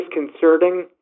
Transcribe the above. disconcerting